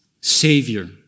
Savior